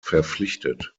verpflichtet